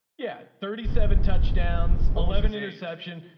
yeah, thirty seven touchdowns, eleven interception.